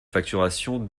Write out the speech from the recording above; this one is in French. facturation